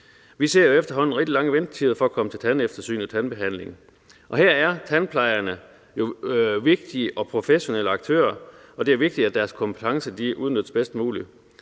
Vi ser jo efterhånden rigtig lange ventetider for at komme til tandeftersyn og tandbehandling, og her er tandplejerne vigtige og professionelle aktører, og det er vigtigt, at deres kompetencer udnyttes bedst muligt.